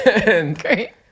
Great